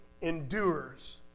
endures